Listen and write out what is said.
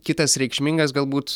kitas reikšmingas galbūt